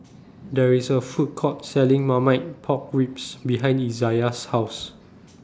There IS A Food Court Selling Marmite Pork Ribs behind Izayah's House